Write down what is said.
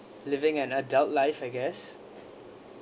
living an adult life I guess